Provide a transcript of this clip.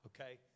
okay